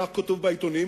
כך כתוב בעיתונים,